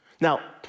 Now